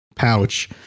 Pouch